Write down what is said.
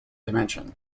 dimension